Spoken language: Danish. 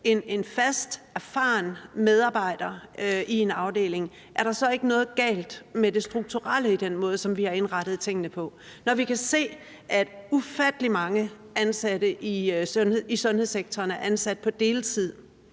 en fast erfaren medarbejder i en afdeling, så ikke er noget galt med det strukturelle i den måde, som vi har indrettet tingene på. Når vi kan se, at ufattelig mange ansatte i sundhedssektoren er ansat på deltid,